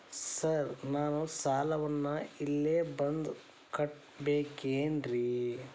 Sir ನಾನು ಸಾಲವನ್ನು ಇಲ್ಲೇ ಬಂದು ಕಟ್ಟಬೇಕೇನ್ರಿ?